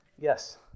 yes